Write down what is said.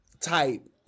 type